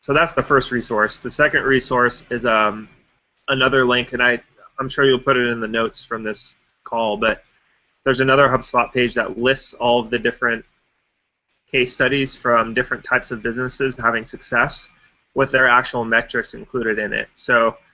so that's the first resource. the second resource is um another link. i'm sure you'll put it in the notes from this call. but there's another hubspot page that lists all of the different case studies from different types of business having success with their actual metrics included in it. so,